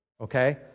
Okay